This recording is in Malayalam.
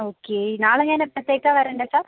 ഓക്കേ നാളെ ഞാൻ എപ്പത്തേയ്ക്കാണ് വരണ്ടെത് സാർ